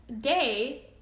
day